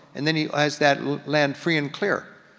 and then he has that land free and clear.